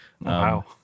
Wow